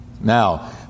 Now